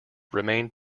remained